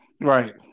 Right